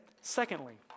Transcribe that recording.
secondly